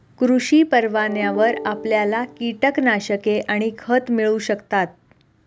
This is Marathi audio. कृषी परवान्यावर आपल्याला कीटकनाशके आणि खते मिळू शकतात